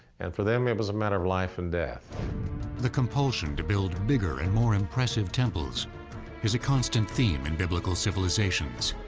and for them, it was a matter of life and death. narrator the compulsion to build bigger and more impressive temples is a constant theme in biblical civilizations,